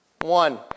One